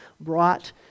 brought